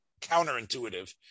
counterintuitive